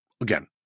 Again